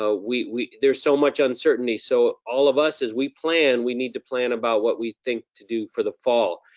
ah we, there's so much uncertainty. so all of us, as we plan, we need to plan about what we think to do for the fall.